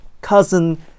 Cousin